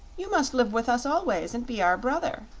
you must live with us always, and be our brother,